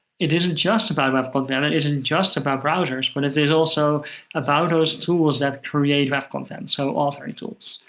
it isn't just about web content, it isn't just about browsers, but it is also about those tools that create web content, so authoring tools.